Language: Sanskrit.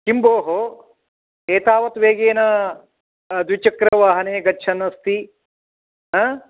किं भोः एतावत् वेगेन द्विचक्रवाहने गच्छन् अस्ति